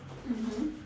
mmhmm